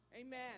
Amen